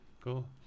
Cool